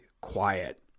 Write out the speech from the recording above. quiet